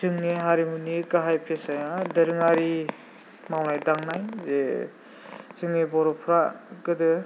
जोंनि हारिमुनि गाहाय फेसाया दोरोङारि मावनाय दानाय जे जोंनि बर'फ्रा गोदो